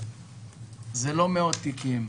שזה לא מאות תיקים,